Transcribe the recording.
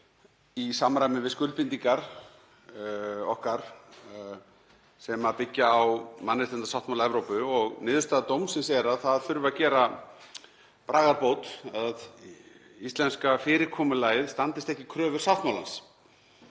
í samræmi við skuldbindingar okkar sem byggja á mannréttindasáttmála Evrópu. Niðurstaða dómsins er að það þurfi að gera bragarbót, að íslenska fyrirkomulagið standist ekki kröfur sáttmálans.